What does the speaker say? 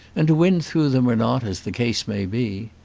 and to win through them or not, as the case may be.